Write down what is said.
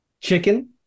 Chicken